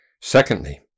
Secondly